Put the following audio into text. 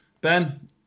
Ben